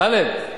טלב,